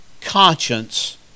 conscience